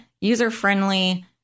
user-friendly